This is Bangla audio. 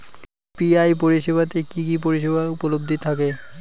ইউ.পি.আই পরিষেবা তে কি কি পরিষেবা উপলব্ধি থাকে?